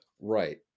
Right